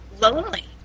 lonely